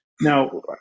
Now